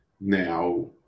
Now